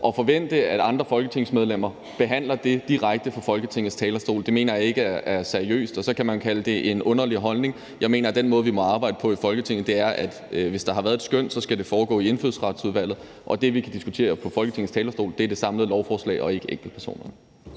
At forvente, at andre folketingsmedlemmer behandler det direkte på Folketingets talerstol, mener jeg ikke er seriøst. Så kan man kalde det en underlig holdning. Jeg mener, at den måde, vi må arbejde på i Folketinget, er, at hvis der har været et skøn, skal det foregå i Indfødsretsudvalget, og det, vi kan diskutere på Folketingets talerstol, er det samlede lovforslag og ikke enkeltpersoner.